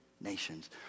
nations